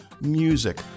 music